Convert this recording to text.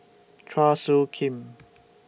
Chua Soo Khim